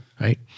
Right